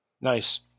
Nice